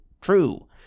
true